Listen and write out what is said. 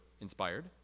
inspired